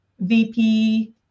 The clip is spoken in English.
VP